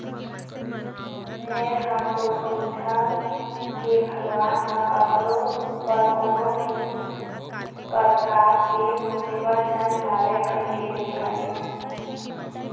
में हा तो कहिथव के भगवान ह कखरो ऊपर कोनो भी परकार के मुसीबत झन लावय कहिके रे भई